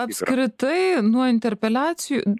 apskritai nuo interpeliacijų